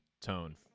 tone